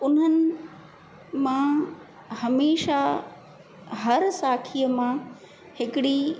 उन्हनि मां हमेशा हर साखीअ मां हिकिड़ी